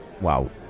wow